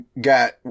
got